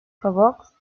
robots